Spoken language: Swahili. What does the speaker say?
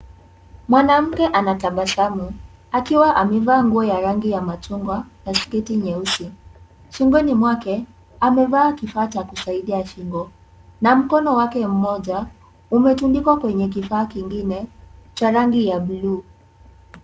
Mwanamke anatabasamu akiwa amevaa nguo ya rangi ya machungwa na sketi nyeusi , shingoni mwake amevaa kifaa cha kusaidia shingo, na mkono wake mmoja umetundikwa kwenye kifaa kingine cha rangi ya bluu.